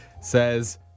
says